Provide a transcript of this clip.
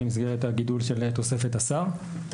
במסגרת הגידול של תוספת השר.